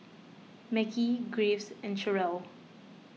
Mekhi Graves and Cherrelle